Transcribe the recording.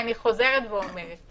אני חוזרת ואומרת